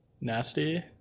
nasty